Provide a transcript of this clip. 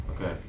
Okay